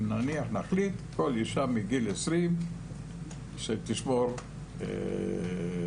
אם אנחנו נחליט נניח שכל אישה מגיל 20 שתשמור את הפוריות.